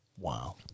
Wow